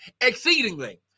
exceedingly